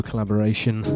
Collaboration